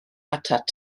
atat